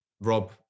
Rob